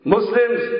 Muslims